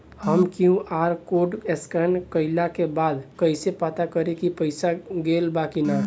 हम QR code scan कइला के बाद कइसे पता करि की पईसा गेल बा की न?